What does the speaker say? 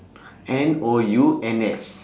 N O U N S